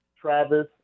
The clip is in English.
Travis